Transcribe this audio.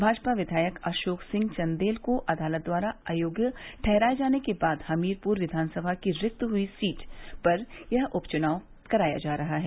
भाजपा विधायक अशोक सिंह चन्देल को अदालत द्वारा आयोग्य ठहराये जाने के बाद हमीरपुर विद्यान सभा की रिक्त हई इस सीट पर यह उपच्नाव कराया जा रहा है